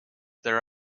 their